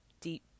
deep